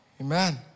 Amen